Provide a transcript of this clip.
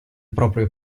proprio